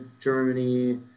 Germany